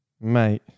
mate